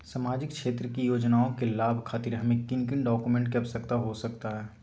सामाजिक क्षेत्र की योजनाओं के लाभ खातिर हमें किन किन डॉक्यूमेंट की आवश्यकता हो सकता है?